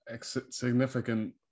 significant